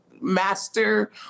master